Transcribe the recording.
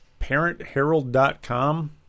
parentherald.com